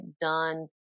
done